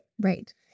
Right